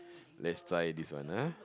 lets try this one ah